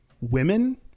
women